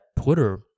Twitter